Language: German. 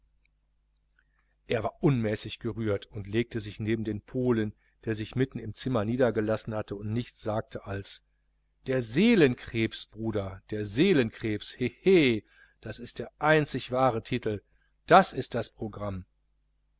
er war unmäßig gerührt und legte sich neben den polen der sich mitten im zimmer niedergelassen hatte und nichts sagte als der seelenkrebs bruder der seelenkrebs hehe das ist der titel das ist das programm